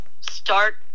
start